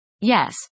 Yes